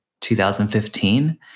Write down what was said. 2015